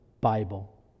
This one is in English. Bible